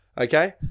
okay